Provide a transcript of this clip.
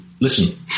Listen